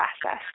process